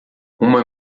uma